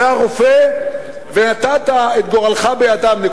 שהיה רופא ונתת את גורלך בידיו.